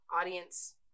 audience